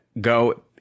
go